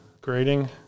grading